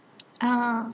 uh